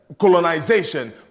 Colonization